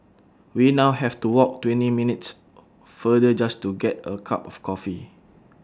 we now have to walk twenty minutes further just to get A cup of coffee